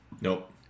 Nope